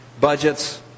budgets